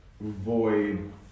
void